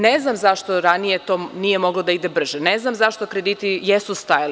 Ne znam zašto ranije to nije moglo da ide brže, ne znam zašto krediti jesu stajali.